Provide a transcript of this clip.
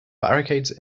barricades